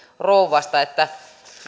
rouvasta että